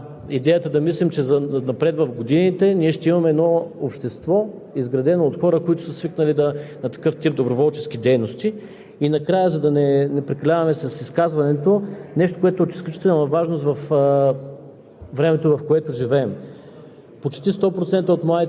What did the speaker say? Оказа се, че 50% от млади хора вече са били част от доброволческа инициатива и са готови отново да се включат, което ни дава идеята да мислим, че занапред в годините ние ще имаме едно общество, изградено от хора, които са свикнали на такъв тип доброволчески дейности.